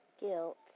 guilt